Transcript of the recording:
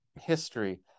history